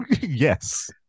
Yes